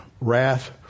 wrath